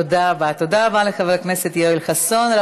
תודה רבה לחבר הכנסת יואל חסון.